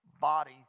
body